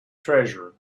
treasure